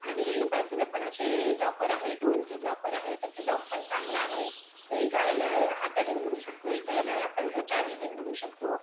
आणि बाजूला पण असे लॉकर आहे दोनतीन लॉकर आहे त्याचं लॉकपण चांगलं आहे एका ह्याला हाताने उघडू शकतो एका ह्याला आपण चावीने उघडू शकतो